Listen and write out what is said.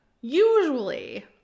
usually